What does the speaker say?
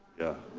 yeah.